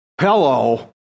Hello